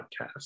podcast